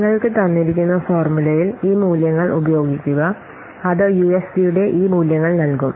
നിങ്ങൾക്ക് തന്നിരിക്കുന്ന ഫോർമുലയിൽ ഈ മൂല്യങ്ങൾ ഉപയോഗിക്കുക അത് യുഎഫ്പിയുടെ ഈ മൂല്യങ്ങൾ നൽകും